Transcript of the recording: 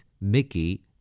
Mickey